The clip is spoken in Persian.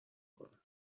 کنن